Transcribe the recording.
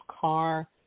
car